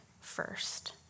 first